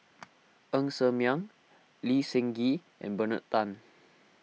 Ng Ser Miang Lee Seng Gee and Bernard Tan